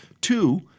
Two